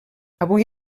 avui